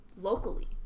locally